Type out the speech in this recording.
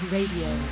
Radio